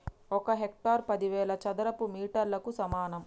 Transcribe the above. ఒక హెక్టారు పదివేల చదరపు మీటర్లకు సమానం